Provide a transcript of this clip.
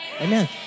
Amen